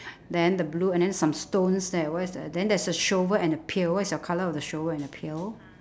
then the blue and then some stones there where's the then there's the shovel and the pail what's your colour of the shovel and the pail